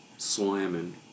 slamming